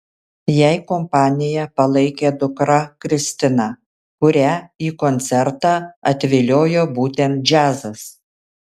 jai kompaniją palaikė dukra kristina kurią į koncertą atviliojo būtent džiazas